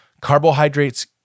Carbohydrates